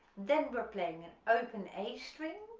then we're playing an open a string,